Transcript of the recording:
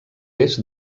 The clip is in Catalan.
est